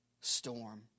storm